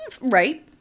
right